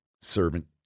servant